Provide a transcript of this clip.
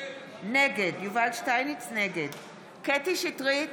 נגד קטי קטרין שטרית,